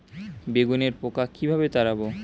বেগুনের পোকা কিভাবে তাড়াব?